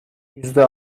yüzde